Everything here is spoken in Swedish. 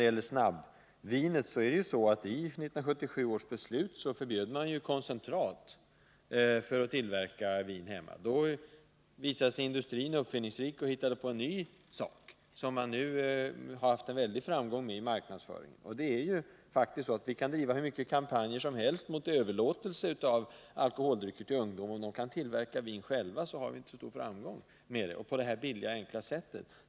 Beträffande snabbvinet vill jag framhålla att 1977 års beslut förbjöd koncentrat för tillverkning av vin. Då visade sig industrin uppfinningsrik och hittade på en ny sak, som man nu har haft en väldig framgång med i marknadsföringen. Vi kan driva hur många kampanjer som helst mot överlåtelse av alkoholdrycker till ungdom. Eftersom de kan tillverka vin själva på ett enkelt och billigt sätt, äventyras resultatet.